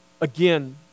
Again